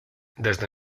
desde